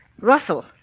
Russell